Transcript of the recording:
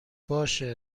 باشه